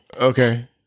Okay